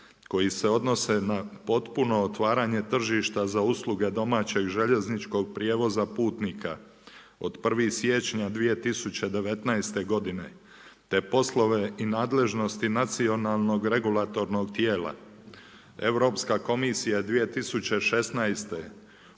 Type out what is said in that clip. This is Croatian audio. koji se odnose na potpuno otvaranje tržišta za usluge domaćeg željezničkog prijevoza putnika od 1. siječnja 2019. godine te poslove i nadležnosti nacionalnog regulatornog tijela. Europska komisija 2016. u